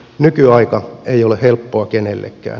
nykyaika ei ole helppoa kenellekään